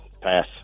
Pass